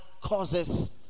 causes